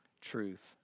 truth